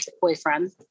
boyfriend